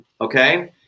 okay